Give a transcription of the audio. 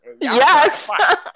Yes